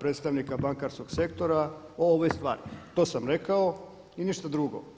predstavnika bankarskog sektora o ovoj stvari, to sam rekao i ništa drugo.